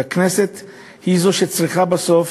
והכנסת היא שצריכה בסוף